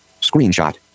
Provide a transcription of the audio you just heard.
screenshot